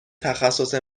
تخصص